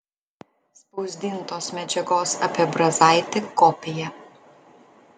spausdintos medžiagos apie brazaitį kopija